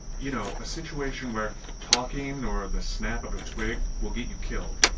you know, a situation where talking or the snap of a twig will get you killed.